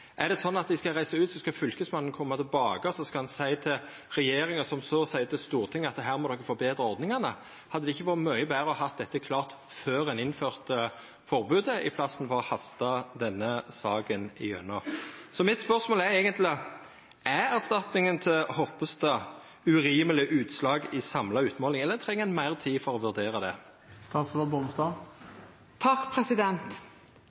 Skal ein reisa ut, og så skal Fylkesmannen koma tilbake og seia til regjeringa, som så skal seia til Stortinget, at her må ein må forbetra ordningane? Hadde det ikkje vore mykje betre å ha dette klart før ein innførte forbodet, i staden for å hasta denne saka igjennom? Mitt spørsmål er: Er erstatninga til Horpestad eit urimeleg utslag av den samla utmålinga, eller treng ein meir tid for å vurdera det?